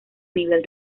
nivel